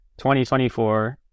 2024